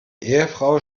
ehefrau